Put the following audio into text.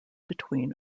between